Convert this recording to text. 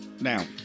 Now